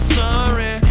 sorry